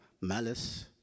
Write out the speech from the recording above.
malice